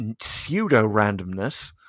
pseudo-randomness